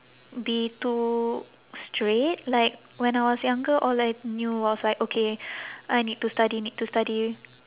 be too straight like when I was younger all I knew was like okay I need to study need to study